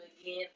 again